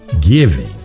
giving